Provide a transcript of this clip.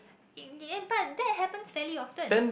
y~ ya but that happens very often